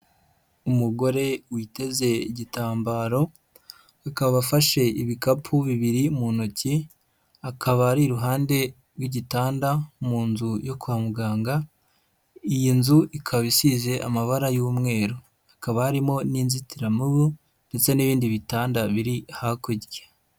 Umugore witeze igitambaro akaba afashe ibikapu bibiri mu ntoki, akaba ari iruhande rw'igitanda mu nzu yo kwa muganga, iyi nzu ikaba isize amabara y'umweru, hakaba harimo n'inzitiramubu ndetse n'ibindi bitanda biri hakurya.